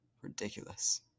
Ridiculous